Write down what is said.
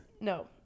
no